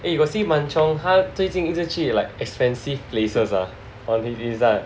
eh you got see Mun Cheong 他最近一直去 like expensive places ah on his